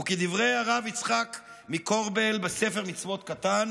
וכדברי הרב יצחק מקורביל בספר מצוות קטן